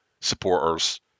supporters